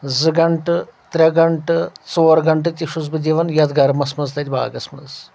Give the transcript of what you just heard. زٕ گنٛٹہٕ ترٛےٚ گنٛٹہٕ ژور گنٛٹہٕ تہِ چھُس بہٕ دِوَان یَتھ گَرمَس منٛز تَتہِ باغَس منٛز